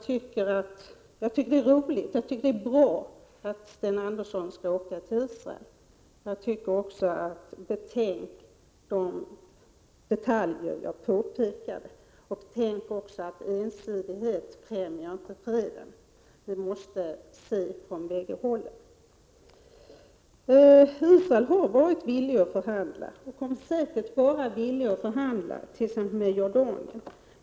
Det är bra att Sten Andersson skall åka till Israel. Betänk då de detaljer jag pekade på! Betänk också att ensidighet inte främjar freden! Man måste se på problemen från bägge hållen. Israel har varit villigt att förhandla, och kommer säkert att vara villigt att förhandla tillsammans med Jordanien.